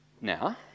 Now